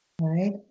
Right